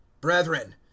Brethren